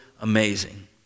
amazing